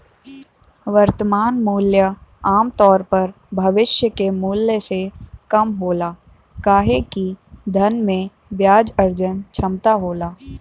वर्तमान मूल्य आमतौर पर भविष्य के मूल्य से कम होला काहे कि धन में ब्याज अर्जन क्षमता होला